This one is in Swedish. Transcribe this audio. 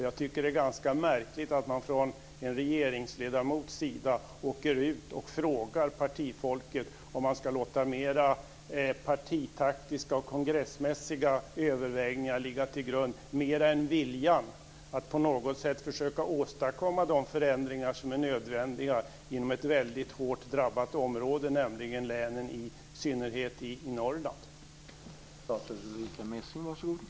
Jag tycker att det är ganska märkligt att en regeringsledamot åker ut och frågar partifolket om man mer ska låta partitaktiska och kongressmässiga överväganden få avgöra än viljan att på något sätt försöka åstadkomma de förändringar som är nödvändiga inom ett väldigt hårt drabbat område, nämligen länen i Norrland i synnerhet.